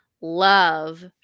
Love